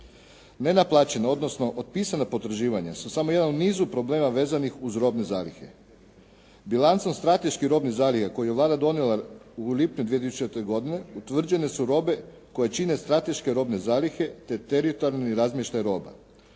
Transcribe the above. Nenaplaćena odnosno otpisana potraživanja su samo jedan u nizu problema vezanih uz robne zalihe. Bilancom strateških robnih zaliha koju je Vlada donijela u lipnju 2000. godine, utvrđene su robe koje čine strateške robne zalihe te teritorijalni razmještaj roba.